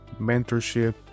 mentorship